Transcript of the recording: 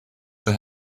for